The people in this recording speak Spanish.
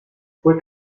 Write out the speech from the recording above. fue